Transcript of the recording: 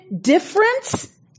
difference